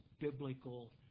biblical